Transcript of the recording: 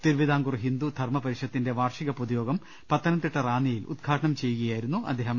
തിരുവിതാ കൂർ ഹിന്ദു ധർമ്മ പരിഷത്തിന്റെ വാർഷിക പൊതുയോഗം പത്തനംതിട്ട റാന്നിയിൽ ഉദ്ഘാടനം ചെയ്യുകയായിരുന്നു അദ്ദേഹം